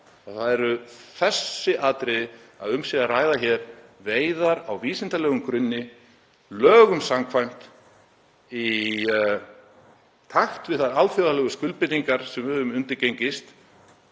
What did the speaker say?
Það eru þessi atriði, að um sé að ræða veiðar á vísindalegum grunni, lögum samkvæmt, í takt við þær alþjóðlegu skuldbindingar sem við höfum undirgengist,